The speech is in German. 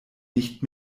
nicht